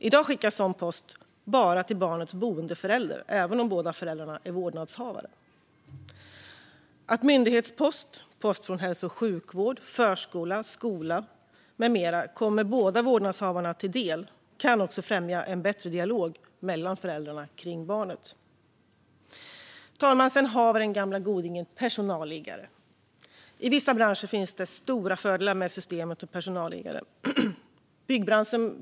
I dag skickas sådan post bara till barnets boendeförälder, även om båda föräldrarna är vårdnadshavare. Att myndighetspost och post från hälso och sjukvård, förskola, skola med mera kommer båda vårdnadshavarna till del kan också främja en bättre dialog mellan föräldrarna kring barnet. Fru talman! Sedan har vi den gamla godingen personalliggare. I vissa branscher finns det stora fördelar med systemet med personalliggare.